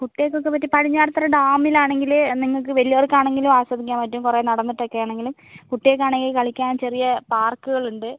കുട്ടികൾക്കൊക്കെ പടിഞ്ഞാറത്തറ ഡാമിൽ ആണെങ്കില് നിങ്ങൾക്ക് വലിയവർക്ക് ആണെങ്കിലും ആസ്വദിക്കാൻ പറ്റും കുറേ നടന്നിട്ടൊക്കെ ആണെങ്കിലും കുട്ടികൾക്ക് ആണെങ്കിൽ കളിക്കാൻ ചെറിയ പാർക്കുകൾ ഉണ്ട്